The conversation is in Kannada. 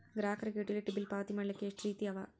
ಗ್ರಾಹಕರಿಗೆ ಯುಟಿಲಿಟಿ ಬಿಲ್ ಪಾವತಿ ಮಾಡ್ಲಿಕ್ಕೆ ಎಷ್ಟ ರೇತಿ ಅವ?